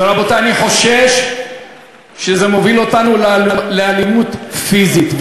רבותי, אני חושש שזה מוביל אותנו לאלימות פיזית.